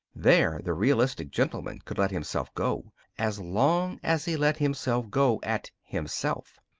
there the realistic gentleman could let himself go as long as he let himself go at himself.